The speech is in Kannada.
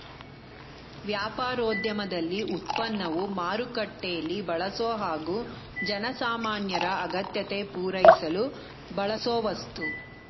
ವ್ಯಾಪಾರೋದ್ಯಮದಲ್ಲಿ ಉತ್ಪನ್ನವು ಮಾರುಕಟ್ಟೆಲೀ ಬಳಸೊ ಹಾಗು ಜನಸಾಮಾನ್ಯರ ಅಗತ್ಯತೆ ಪೂರೈಸಲು ಬಳಸೋವಸ್ತು